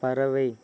பறவை